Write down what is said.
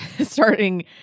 starting